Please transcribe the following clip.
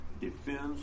defends